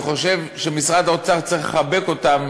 אני חושב שמשרד האוצר צריך לחבק אותם